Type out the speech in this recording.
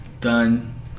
done